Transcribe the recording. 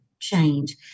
change